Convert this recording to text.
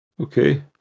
Okay